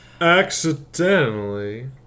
Accidentally